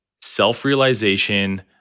self-realization